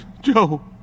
Joe